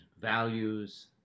values